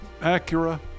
Acura